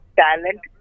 talent